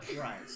right